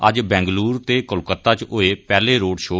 अज्ज बैंगलूरु ते कोलकत्ता च होए पैहले रोड़ शो